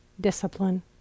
discipline